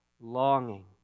longing